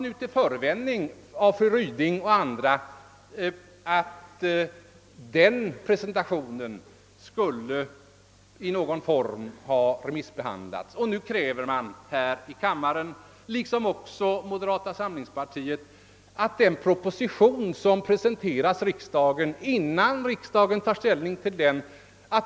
Nu säger fru Ryding och andra att den förhandspresentationen skulle ha remissbehandlats i någon form, och man kräver här i kammaren, vilket också moderata samlingspartiet gjort, att propositionen skall gå ut på ny remiss innan riksdagen tar ställning till den.